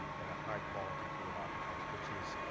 and a high quality pool of applicants, which is,